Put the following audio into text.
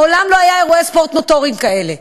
מעולם לא היו אירועי ספורט מוטוריים כאלה.